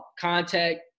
contact